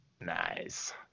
nice